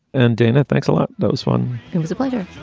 and dana, thanks a lot. that was fun it was a pleasure.